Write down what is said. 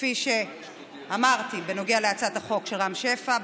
כפי שאמרתי בנוגע להצעת החוק של רם שפע,